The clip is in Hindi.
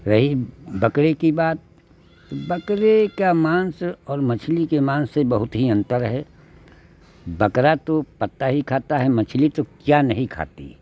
रही बकरे की बात तो बकरे का माँस और मछली के माँस से बहुत ही अंतर है बकरा तो पत्ता ही खाता है मछली तो क्या नहीं खाती